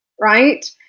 right